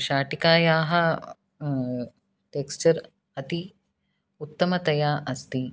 शाटिकायाः टेक्श्चर् अति उत्तमतया अस्ति